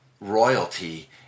royalty